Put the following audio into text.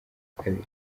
kabiri